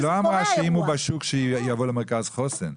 לא אמרה שאם הוא בשוק שיבוא למרכז חוסן.